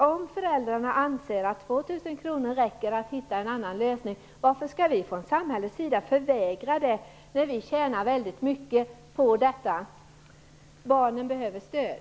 Om föräldrarna anser att 2 000 kr räcker för att hitta en annan lösning, varför skall vi från samhällets sida förvägra dem det, när vi tjänar väldigt mycket på det? Jag tycker att det är fel. Barnen behöver stöd.